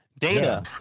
Data